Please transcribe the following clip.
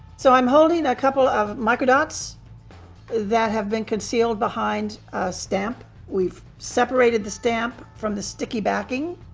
so, i'm holding a couple of microdots that have been concealed behind a stamp. we've separated the stamp from the sticky backing.